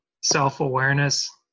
self-awareness